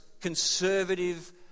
conservative